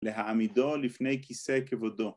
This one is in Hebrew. להעמידו לפני כיסא כבודו